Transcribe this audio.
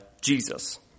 Jesus